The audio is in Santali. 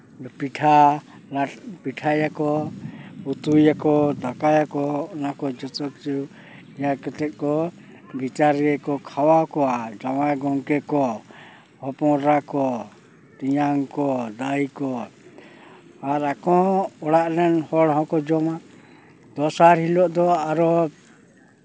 ᱯᱤᱴᱷᱟ ᱯᱤᱴᱷᱟᱭᱟᱠᱚ ᱩᱛᱩᱭᱟᱠᱚ ᱫᱟᱠᱟᱭᱟᱠᱚ ᱚᱱᱟᱠᱚ ᱡᱚᱛᱚ ᱠᱤᱪᱷᱩ ᱡᱟ ᱠᱟᱛᱮ ᱠᱚ ᱵᱤᱪᱟᱹᱨᱤᱭᱟᱹ ᱠᱚ ᱠᱷᱟᱣᱟᱣ ᱠᱚᱣᱟ ᱡᱟᱶᱟᱭ ᱜᱚᱝᱠᱮ ᱠᱚ ᱦᱚᱯᱚᱱ ᱮᱨᱟ ᱠᱚ ᱛᱮᱧᱟᱝ ᱠᱚ ᱫᱟᱹᱭ ᱠᱚ ᱟᱨ ᱟᱠᱚ ᱦᱚᱸ ᱚᱲᱟᱜ ᱨᱮᱱ ᱦᱚᱲ ᱦᱚᱸᱠᱚ ᱡᱚᱢᱟ ᱫᱚᱥᱟᱨ ᱦᱤᱞᱳᱜ ᱫᱚ ᱟᱨᱚ